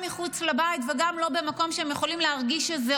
גם מחוץ לבית וגם לא במקום שהם יכולים להרגיש שזה